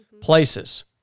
places